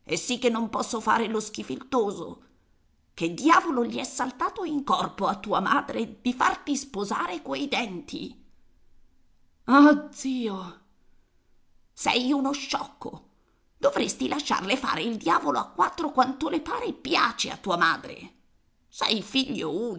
e sì che non posso fare lo schifiltoso che diavolo gli è saltato in corpo a tua madre di farti sposare quei denti ah zio sei uno sciocco dovresti lasciarle fare il diavolo a quattro quanto le pare e piace a tua madre sei figlio